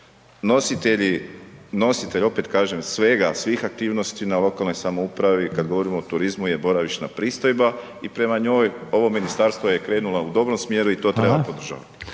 Nositelj opet kažem, svega, svih aktivnosti na lokalnoj samoupravi, kada govorimo o turizmu je boravišna pristojba i prema njoj ovo ministarstvo je krenulo u dobrom smjeru i to treba podržati.